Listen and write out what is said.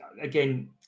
again